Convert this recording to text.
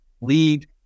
lead